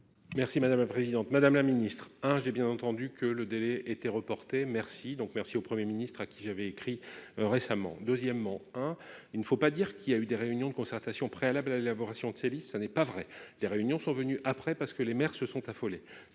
Merci madame la présidente, madame la Ministre, hein, j'ai bien entendu que le délai était reporté, merci donc merci au 1er ministre à qui j'avais écrit récemment, deuxièmement, hein, il ne faut pas dire qu'il y a eu des réunions de concertation préalable à l'élaboration de ces listes, ça n'est pas vrai, des réunions sont venus après parce que les maires se sont affolés,